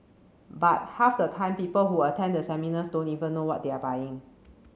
but half the time people who attend the seminars don't even know what they are buying